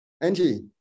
Angie